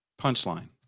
Punchline